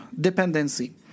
dependency